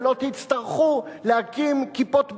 ולא תצטרכו להקים "כיפות ברזל"